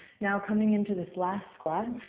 now coming into this last squat,